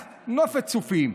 נופת צופים.